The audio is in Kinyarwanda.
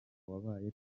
wabaye